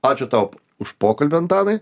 ačiū tau už pokalbį antanai